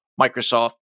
Microsoft